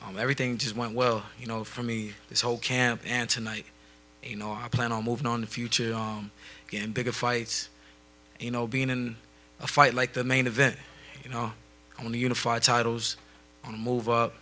and everything just went well you know for me this whole camp and tonight you know i plan on moving on the future again bigger fights you know being in a fight like the main event you know i want to unify titles and move up